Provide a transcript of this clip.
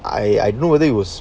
I don't know whether it was